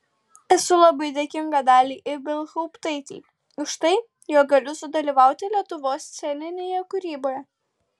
esu labai dėkinga daliai ibelhauptaitei už tai jog galiu sudalyvauti lietuvos sceninėje kūryboje